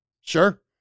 sure